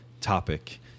topic